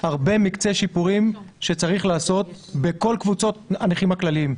יש הרבה מקצה שיפורים שצריך לעשות בכל קבוצות הנכים הכלליים,